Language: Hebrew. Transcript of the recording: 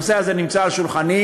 הנושא הזה נמצא על שולחני.